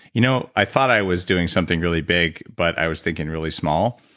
you know, i thought i was doing something really big, but i was thinking really small.